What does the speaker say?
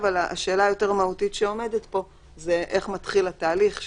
אבל השאלה היותר מהותית שעומדת פה היא איך מתחיל התהליך,